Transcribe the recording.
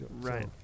Right